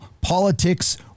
Politics